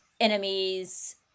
enemies